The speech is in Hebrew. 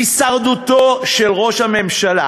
הישרדותו של ראש הממשלה.